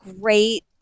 great